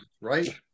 right